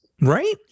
Right